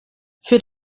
für